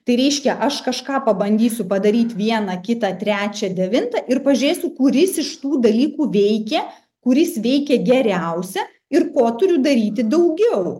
tai reiškia aš kažką pabandysiu padaryt vieną kitą trečią devintą ir pažiūrėsiu kuris iš tų dalykų veikia kuris veikė geriausia ir ko turiu daryti daugiau